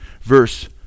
Verse